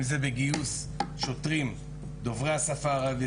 אם זה בגיוס שוטרים דוברי השפה הערבית,